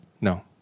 No